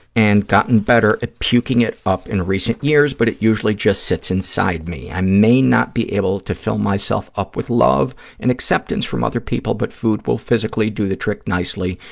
and gotten better at puking it up in recent years, but it usually just sits inside me. i may not be able to fill myself up with love and acceptance from other people, but food will physically do the trick nicely,